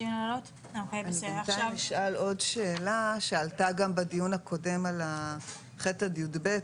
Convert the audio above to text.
אני בינתיים אשאל עוד שאלה שעלתה גם בדיון הקודם על ח' עד י"ב.